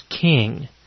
king